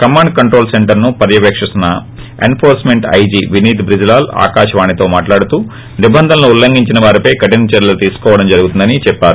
command control సెంటర్ను పర్యవేణిస్తున్న enforcement IG Vineet Brijlal ఆకాశవాణితో మాట్లాడుతూ నిబంధనలు ఉల్లంఘించిన వారిపై కఠిన చర్యలు తీసుకోవడం జరుగుతుందని చెప్పారు